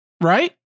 right